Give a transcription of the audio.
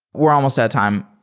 we're almost out of time.